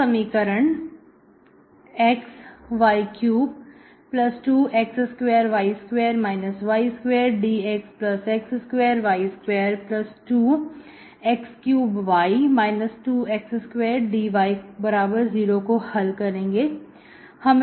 हम समीकरण xy32x2y2 y2 dx x2y22x3y 2x2 dy0 को हल करेंगे